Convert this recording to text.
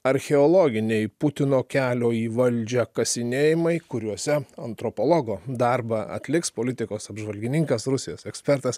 archeologiniai putino kelio į valdžią kasinėjimai kuriuose antropologo darbą atliks politikos apžvalgininkas rusijos ekspertas